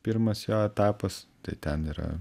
pirmas jo etapas tai ten yra